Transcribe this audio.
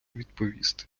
відповісти